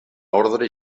ordre